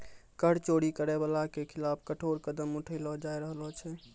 कर चोरी करै बाला के खिलाफ कठोर कदम उठैलो जाय रहलो छै